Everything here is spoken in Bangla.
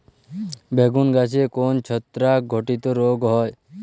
বেগুন গাছে কোন ছত্রাক ঘটিত রোগ হয়?